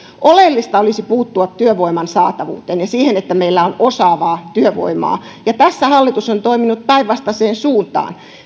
oleellista olisi puuttua työvoiman saatavuuteen ja siihen että meillä on osaavaa työvoimaa ja tässä hallitus on toiminut päinvastaiseen suuntaan